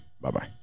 Bye-bye